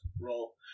roll